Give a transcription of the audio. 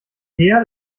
peer